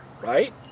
right